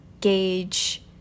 gauge